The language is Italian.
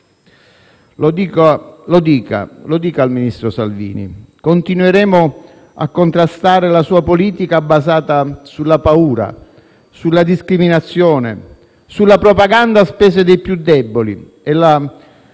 Lo dica al ministro Salvini: continueremo a contrastare la sua politica basata sulla paura, sulla discriminazione e sulla propaganda a spese dei più deboli. La